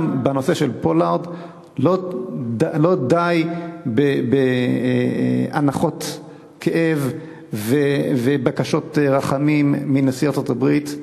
גם בנושא של פולארד לא די באנחות כאב ובקשות רחמים מנשיא ארצות-הברית.